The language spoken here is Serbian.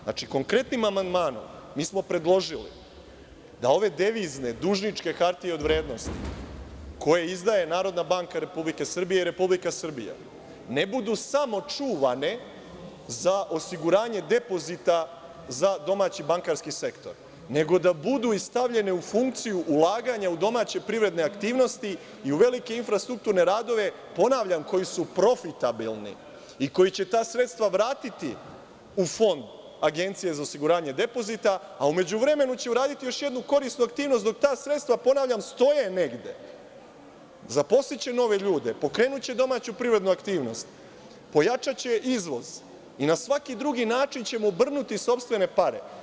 Znači, konkretnim amandmanom mi smo predložili da ove devizne, dužničke hartije od vrednosti, koje izdaje Narodna banka Republike Srbije i Republika Srbija, ne budu samo čuvane za osiguranje depozita za domaći bankarski sektor, nego da budu i stavljene u funkciju ulaganja u domaće privredne aktivnosti i u velike infrastrukturne radove, ponavljam, koji su profitabilni i koji će ta sredstva vratiti u Fond Agencije za osiguranje depozita, a u međuvremenu će uraditi još jednu korisnu aktivnost dok ta sredstva, ponavljam, stoje negde, zaposliće nove ljude, pokrenuće domaću privrednu aktivnost, pojačaće izvoz i na svaki drugi način ćemo obrnuti sopstvene pare.